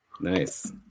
Nice